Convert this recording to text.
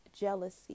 jealousy